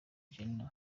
jenner